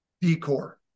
decor